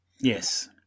Yes